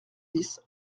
dix